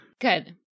Good